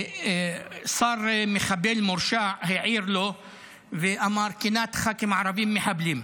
שר מחבל מורשע העיר לו וכינה את הח"כים הערבים "מחבלים",